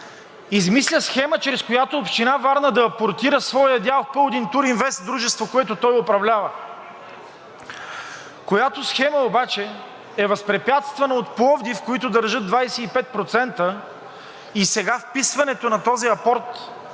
Измисля схема, чрез която Община Варна да апортира своя дял в „Пълдин туринвест“ дружество, което той управлява, която схема обаче е възпрепятствана от Пловдив, които държат 25%, и сега вписването на този апорт